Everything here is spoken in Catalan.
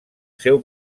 seu